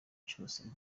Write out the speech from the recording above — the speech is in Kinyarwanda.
cyose